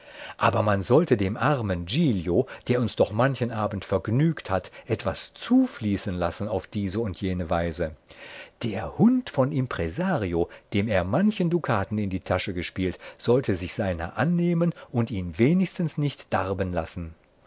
aber man sollte dem armen giglio der uns doch manchen abend vergnügt hat etwas zufließen lassen auf diese und jene weise der hund von impresario dem er manchen dukaten in die tasche gespielt sollte sich seiner annehmen und ihn wenigstens nicht darben lassen